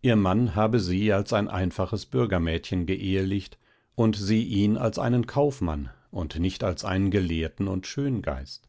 ihr mann habe sie als ein einfaches bürgermädchen geehelicht und sie ihn als einen kaufmann und nicht als einen gelehrten und schöngeist